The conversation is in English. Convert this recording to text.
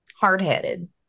hard-headed